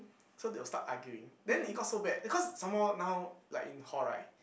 so they will start arguing then it got so bad because some more now like in hall right